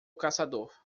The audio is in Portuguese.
caçador